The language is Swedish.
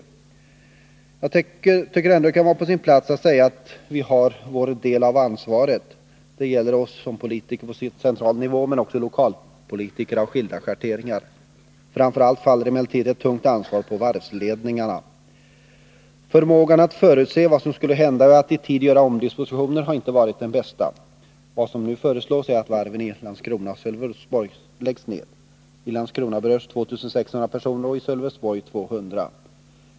Jag tycker ändå att det kan vara på sin plats att säga att vi har vår del av ansvaret. Det gäller oss politiker på central nivå men också lokalpolitiker av olika schatteringar. Framför allt faller emellertid ett tungt ansvar på varvsledningarna. Förmågan att förutse vad som skulle hända och att i tid göra omdispositioner har inte varit den bästa. Vad som nu föreslås är att varven i Landskrona och Sölvesborg läggs ned. I Landskrona berörs 2 600 personer och i Sölvesborg 200.